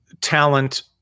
talent